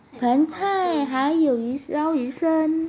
盆菜还有捞鱼生